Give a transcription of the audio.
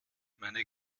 meine